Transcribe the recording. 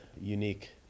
unique